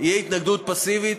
אבל תהיה התנגדות פסיבית.